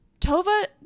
Tova